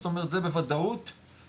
זאת אומרת זה בוודאות עיסקה,